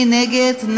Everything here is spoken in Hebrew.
מי נגד?